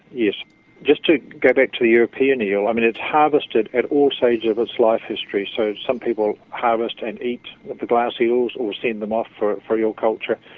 yeah just to go back to the european eel, um and it's harvested at all stages of its life history, so some people harvest and eat the glass eels or send them off for for eel culture,